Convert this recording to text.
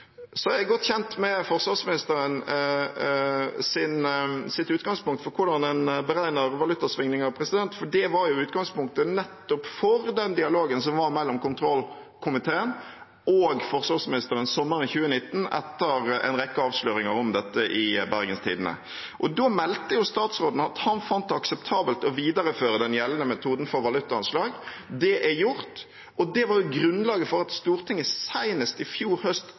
er godt kjent med forsvarsministerens utgangspunkt for hvordan man beregner valutasvingninger, for det var jo nettopp utgangspunktet for den dialogen som var mellom kontrollkomiteen og forsvarsministeren sommeren 2019, etter en rekke avsløringer om dette i Bergens Tidende. Da meldte statsråden at han fant det akseptabelt å videreføre den gjeldende metoden for valutaanslag. Det er gjort, og det var jo grunnlaget for at Stortinget senest i fjor